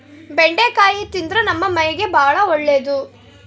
ಬೆಂಡಿಕಾಯಿ ತಿಂದ್ರ ನಮ್ಮ ಮೈಗೆ ಬಾಳ ಒಳ್ಳೆದು